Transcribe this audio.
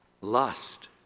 lust